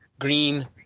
green